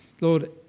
Lord